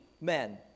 men